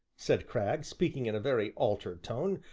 said cragg, speaking in a very altered tone,